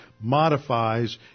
modifies